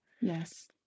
Yes